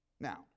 Now